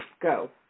go